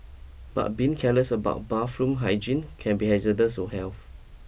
but being careless about bathroom hygiene can be hazardous to health